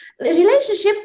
Relationships